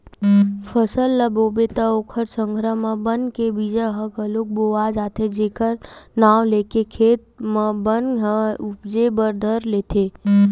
फसल ल बोबे त ओखर संघरा म बन के बीजा ह घलोक बोवा जाथे जेखर नांव लेके खेत म बन ह उपजे बर धर लेथे